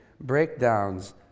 breakdowns